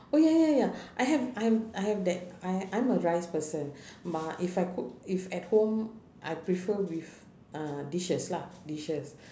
oh ya ya ya I have I'm I have that I I'm a rice person but if I cook if at home I prefer with uh dishes lah dishes